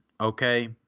okay